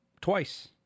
twice